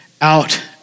out